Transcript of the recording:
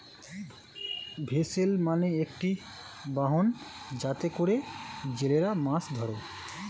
vessel মানে একটি বাহন যাতে করে জেলেরা মাছ ধরে